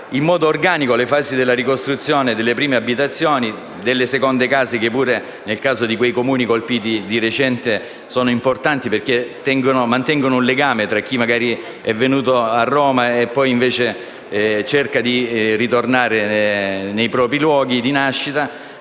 in modo organico le fasi della ricostruzione delle prime abitazioni, delle seconde case (che pure nel caso dei Comuni colpiti di recente sono importanti, perché mantengono un legame tra chi magari è venuto a vivere a Roma e cerca di ritornare nei propri luoghi di nascita),